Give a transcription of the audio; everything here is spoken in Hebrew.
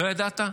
לא ידעת?